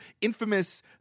infamous